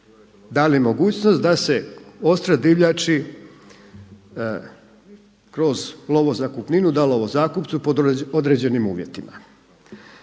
dali mogućnost da se odstrjel divljači kroz lovo zakupninu, dali ovo zakupcu pod određenim uvjetima.